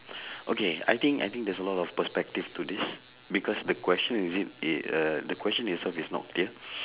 okay I think I think there's a lot of perspective to this because the question is it i~ err the question itself is not clear